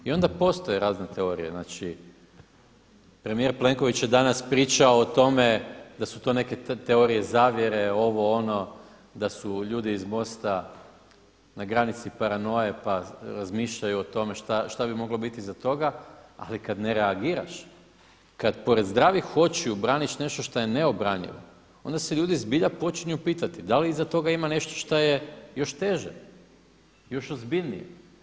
I onda postoje razne teorije, znači premijer Plenković je danas pričao o tome da su to neke teorije zavjere, ovo, ono, da su ljudi iz MOST-a na granici paranoje pa razmišljaju o tome šta bi moglo biti iza toga, ali kada ne reagiraš, kada pored zdravih očiju braniš nešto šta je neobranjivo onda se ljudi zbilja počinju pitati, da li iza toga ima nešto šta je još teže, još ozbiljnije.